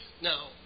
Now